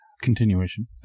Continuation